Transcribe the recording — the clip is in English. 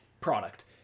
product